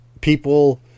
people